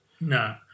No